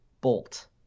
Bolt